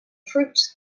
fruit